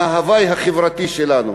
מההווי החברתי שלנו.